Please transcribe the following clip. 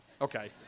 okay